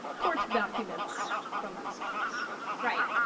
court documents from these folks right?